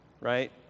right